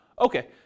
Okay